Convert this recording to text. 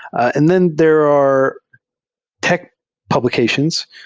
and then there are tech publications,